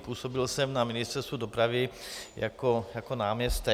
Působil jsem na Ministerstvu dopravy jako náměstek.